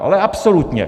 Ale absolutně!